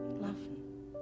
Laughing